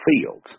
fields